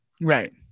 Right